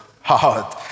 hard